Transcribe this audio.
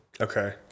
Okay